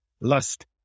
lust